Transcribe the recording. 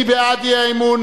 מי בעד האי-אמון?